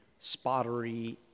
spottery